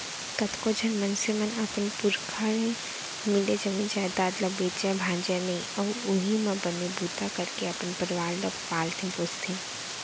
कतको झन मनसे मन अपन पुरखा ले मिले जमीन जयजाद ल बेचय भांजय नइ अउ उहीं म बने बूता करके अपन परवार ल पालथे पोसथे